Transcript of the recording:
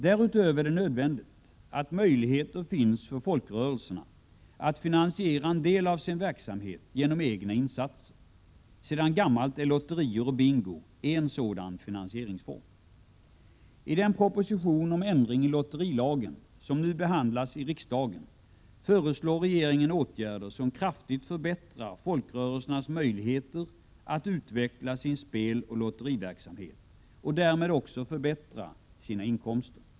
Därutöver är det nödvändigt att möjligheter finns för folkrörelserna att finansiera en del av sin verksamhet genom egna insatser. Sedan gammalt är lotterier och bingo en sådan finansieringsform. I den proposition om ändring i lotterilagen som nu behandlas i riksdagen, föreslår regeringen åtgärder som kraftigt förbättrar folkrörelsernas möjligheter att utveckla sin speloch lotteriverksamhet och därmed också förbättra sina inkomster.